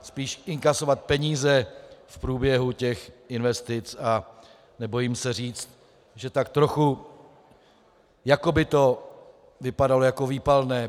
Spíš inkasovat peníze v průběhu těch investic a nebojím se říct, že tak trochu jako by to vypadalo jako výpalné.